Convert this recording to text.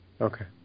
Okay